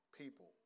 people